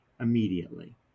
immediately